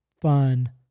fun